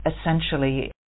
essentially